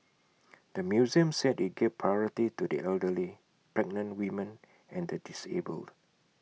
the museum said IT gave priority to the elderly pregnant women and the disabled